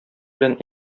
белән